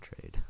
trade